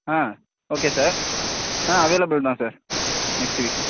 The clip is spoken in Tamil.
ஆ ஓகே சார் ஆ அவைலபுள் தான் சார் நெக்ஸ்ட் வீக்கு